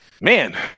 man